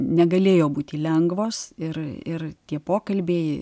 negalėjo būti lengvos ir ir tie pokalbiai